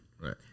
Right